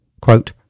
Quote